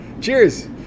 Cheers